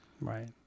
Right